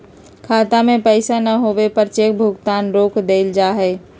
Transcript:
खाता में पैसा न होवे पर चेक भुगतान रोक देयल जा हई